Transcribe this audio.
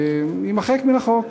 יימחק מן החוק.